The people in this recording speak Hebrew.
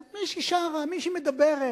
זאת מישהי שרה, מישהי מדברת.